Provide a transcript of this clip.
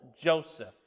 Joseph